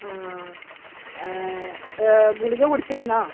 ആ ഗുളിക കുടിച്ചിരുന്നോ